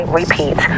repeat